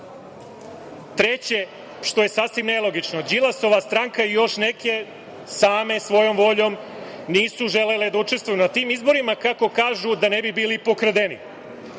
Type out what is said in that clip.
Treće, što je sasvim nelogično, Đilasova stranka i još neke same svojom voljom nisu želele da učestvuju na tim izborima, kako kažu, da ne bi bili pokradeni. Sa